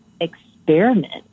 experiment